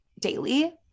daily